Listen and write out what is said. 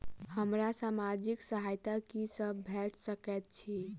हमरा सामाजिक सहायता की सब भेट सकैत अछि?